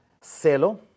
celo